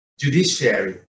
judiciary